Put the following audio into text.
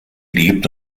lebt